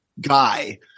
guy